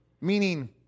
Meaning